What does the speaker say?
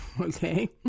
okay